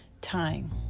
time